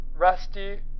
rusty